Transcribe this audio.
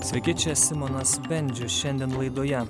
sveiki čia simonas bendžius šiandien laidoje